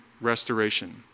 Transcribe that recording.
restoration